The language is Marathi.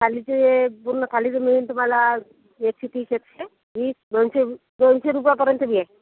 आणि ते पूर्ण थाळी पि मिळून तुम्हाला एकशे तीस एकशे वीस दोनशे रुप् दोनशे रूपयापर्यंत मिळेल